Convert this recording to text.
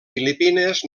filipines